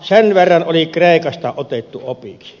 sen verran oli kreikasta otettu opiksi